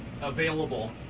available